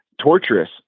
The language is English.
torturous